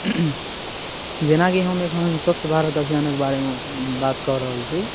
जेनाकि हम एखन स्वच्छ भारत अभियानक बारेमे बातकऽ रहल छी